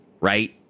right